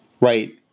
right